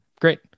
great